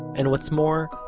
and what's more,